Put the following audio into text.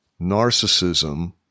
narcissism